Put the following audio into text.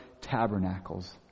Tabernacles